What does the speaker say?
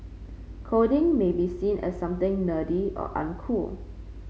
coding may be seen as something nerdy or uncool